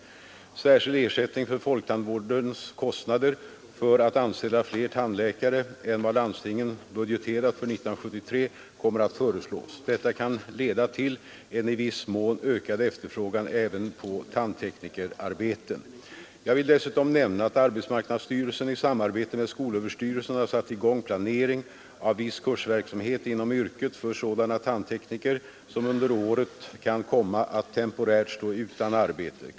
Särskild ersättning för folktandvårdens kostnader för att anställa fler tandläkare än vad landstingen budgeterat för 1973 kommer att föreslås. Detta kan leda till en i viss mån ökad efterfrågan även på tandteknikerarbeten. Jag vill dessutom nämna att arbetsmarknadsstyrelsen i samarbete med Nr 45 skolöverstyrelsen har satt i gång planering av viss kursverksamhet inom Torsdagen den yrket för sådana tandtekniker, som under året kan komma att temporärt 15 mars 1973 stå utan arbete.